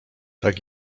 tak